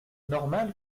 normal